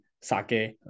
sake